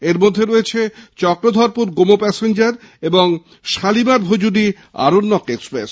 এর মধ্যে রয়েছে চক্রধরপুর গোমো প্যাসেঞ্জার এবং শালীমার ভজুডি আরণ্যক এক্সপ্রেস